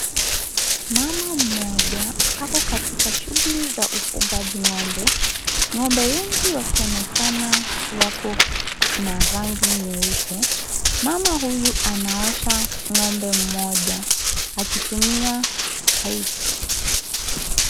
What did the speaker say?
Mama mmoja, ako katika shughuli za ufugaji ng'ombe. Ng'ombe wengi wakionekana wako na rangi nyeupe. Mama huyu anaosha ng'ombe mmoja akitumia paipu.